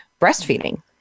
breastfeeding